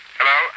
Hello